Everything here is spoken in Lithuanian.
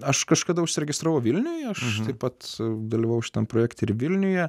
aš kažkada užsiregistravau vilniuj aš taip pat dalyvavau šitam projekte ir vilniuje